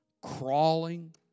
crawling